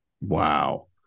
Wow